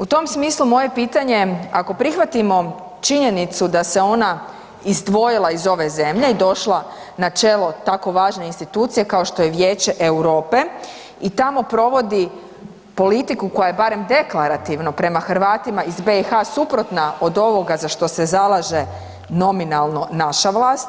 U tom smislu moje je pitanje, ako prihvatimo činjenicu da se ona izdvojila iz ove zemlje i došla na čelo tako važne institucije kao što je Vijeće Europe i tamo provodi politiku koja je barem deklarativno prema Hrvatima iz BiH suprotna od ovoga za što se zalaže nominalno naša vlast,